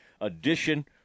edition